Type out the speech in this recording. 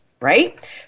right